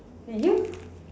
you